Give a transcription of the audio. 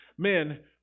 Men